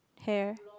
hair